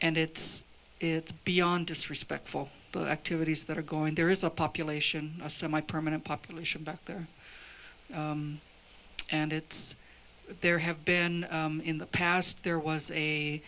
and it's it's beyond disrespectful activities that are going there is a population a semi permanent population back there and it's there have been in the past there